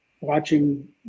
watching